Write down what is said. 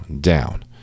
down